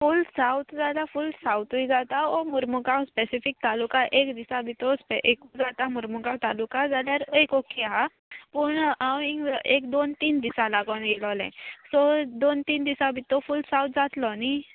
फूल सावत जाला फूल सावथूय जाता ओ मुर्मुगांव स्पेसिफीक तालुका एक दिसा भितोर एकूय जाता मुरमुगांव तालुका जाल्यार एक ओके आहा पूण हांव थिंगां एक दोन तीन दिसा लागोन येयलोलें सो दोन तीन दिसा भितर फूल सावत जातलो न्ही